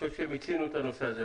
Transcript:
חושב שמיצינו את הנושא הזה.